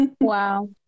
Wow